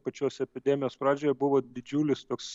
pačios epidemijos pradžioje buvo didžiulis toks